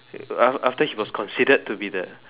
after after he was considered to be the